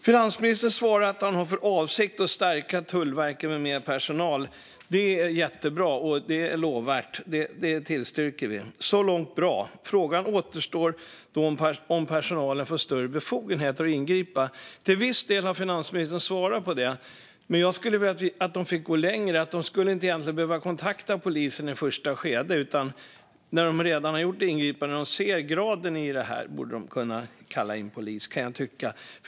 Finansministern svarar att han har för avsikt att förstärka Tullverket med mer personal. Det är jättebra och lovvärt, och vi tillstyrker det. Så långt är det bra, men frågan återstår om personalen får större befogenheter att ingripa. Till viss del har finansministern svarat på detta, men jag skulle vilja att de fick gå längre och inte behövde kontakta polisen i ett första skede. De ska kunna kalla in polis när de redan har gjort ingripandena och sett graden i detta, kan jag tycka.